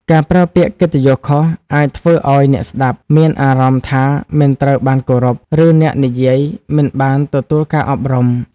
ការប្រើពាក្យកិត្តិយសខុស អាចធ្វើឱ្យអ្នកស្ដាប់មានអារម្មណ៍ថាមិនត្រូវបានគោរព ឬអ្នកនិយាយមិនបានទទួលការអប់រំ។